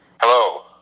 Hello